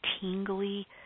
tingly